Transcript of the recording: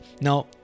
Now